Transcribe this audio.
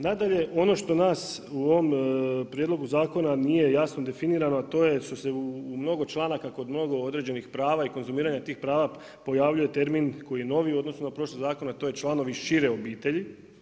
Nadalje, ono što nas u ovom prijedlogu zakonu, nije jasno definirano, a to je da su se u mnogo članaka kod mnogo određenih prava i konzumiranje tih prava pojavljuje termin koji je novi, u odnosu na prošle zakone, a to je članovi šire obitelji.